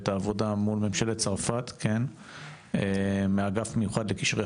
ואת העבודה מול ממשלת צרפת מאגף מיוחד לקשרי